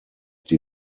die